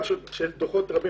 יש דוחות רבים